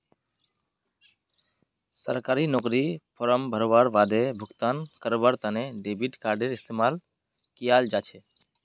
सरकारी नौकरीर फॉर्म भरवार बादे भुगतान करवार तने डेबिट कार्डडेर इस्तेमाल कियाल जा छ